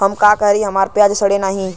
हम का करी हमार प्याज सड़ें नाही?